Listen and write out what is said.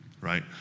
right